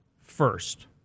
first